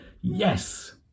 Yes